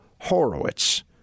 Horowitz